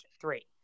three